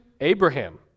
Abraham